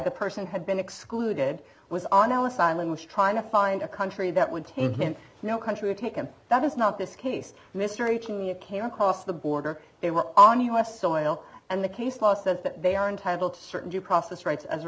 the person had been excluded was on ellis island was trying to find a country that would take him no country had taken that is not this case mystery can you can cross the border they were on u s soil and the case law says that they are entitled to certain due process rights as a